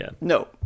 no